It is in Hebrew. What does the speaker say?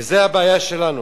וזו הבעיה שלנו.